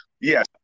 Yes